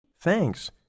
Thanks